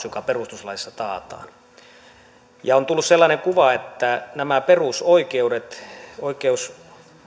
joka perustuslaissa taataan on tullut sellainen kuva että nämä perusoikeudet